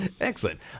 Excellent